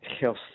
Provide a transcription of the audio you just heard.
health